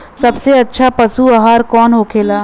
सबसे अच्छा पशु आहार कौन होखेला?